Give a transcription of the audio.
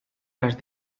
las